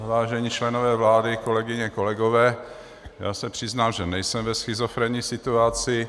Vážení členové vlády, kolegyně, kolegové, já se přiznám, že nejsem ve schizofrenní situaci.